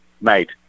mate